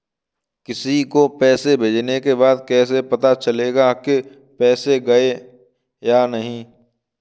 किसी को पैसे भेजने के बाद कैसे पता चलेगा कि पैसे गए या नहीं?